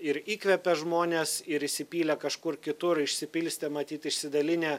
ir įkvepia žmonės ir įsipylę kažkur kitur išsipilsitę matyt išsidalinę